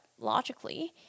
logically